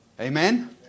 Amen